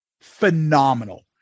Phenomenal